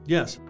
Yes